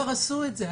--- כבר עשו את זה.